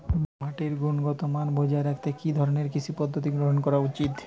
মাটির গুনগতমান বজায় রাখতে কি ধরনের কৃষি পদ্ধতি গ্রহন করা উচিৎ?